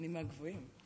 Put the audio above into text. אני מהגבוהים.